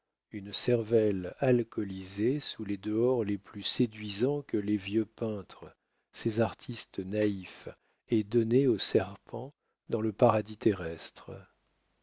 une cervelle alcoolisée sous les dehors les plus séduisants que les vieux peintres ces artistes naïfs aient donné au serpent dans le paradis terrestre